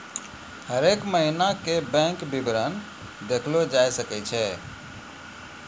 हरेक महिना के बैंक विबरण देखलो जाय सकै छै